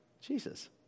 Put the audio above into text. Jesus